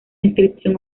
inscripción